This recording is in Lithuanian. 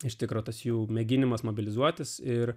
iš tikro tas jų mėginimas mobilizuotis ir